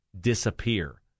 disappear